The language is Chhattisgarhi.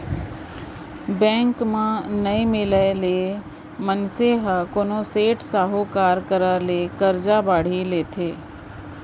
बेंक म नइ मिलय ले मनसे ह कोनो सेठ, साहूकार करा ले करजा बोड़ी लेथे